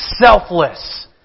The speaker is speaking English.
selfless